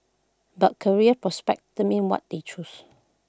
but career prospects determined what they choose